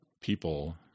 people